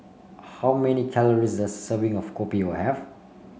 how many calories does a serving of Kopi O have